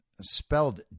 spelled